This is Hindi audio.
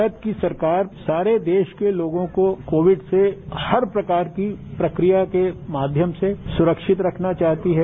भारत की सरकार सारे देश के लोगों को कोविड से हर प्रकार की प्रकिया के माध्यम से सुरक्षित रखना चाहती है